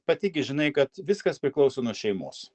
pati gi žinai kad viskas priklauso nuo šeimos